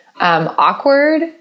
awkward